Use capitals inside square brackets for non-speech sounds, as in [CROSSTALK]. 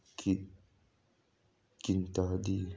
[UNINTELLIGIBLE]